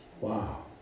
Wow